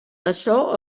açò